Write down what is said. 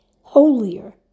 holier